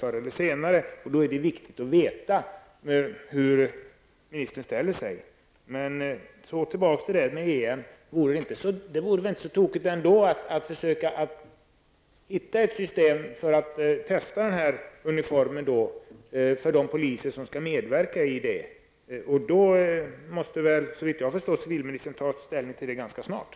Det är därför viktigt att veta hur civilministern ställer sig till den frågan. Så tillbaks till EM-frågan. Det var väl ändå inte en så tokig tanke att försöka hitta ett system för att testa uniformen för de poliser som skall medverka i samband med EM. I så fall måste civilministern såvitt jag förstår ta ställning ganska snabbt.